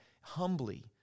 humbly